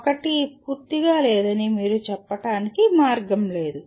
ఒకటి పూర్తిగా లేదని మీరు చెప్పడానికి మార్గం లేదు